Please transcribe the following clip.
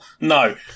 No